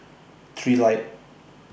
Trilight